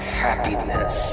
happiness